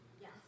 Yes